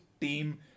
team